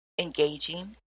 engaging